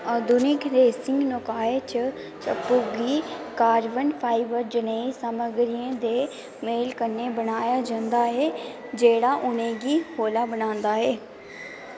आधुनिक रेसिंग नौकाएं च चप्पू गी कार्बन फाइबर जनेही समग्गरियें दे मेल कन्नै बनाया जंदा ऐ जेह्ड़ा उ'नें गी हौला बनांदा ऐ